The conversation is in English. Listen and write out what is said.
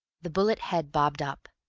the bullet head bobbed up,